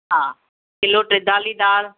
हा किलो टिदाली दाल